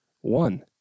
one